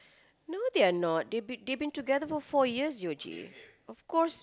no they are not they been they been together for four years Yuji of course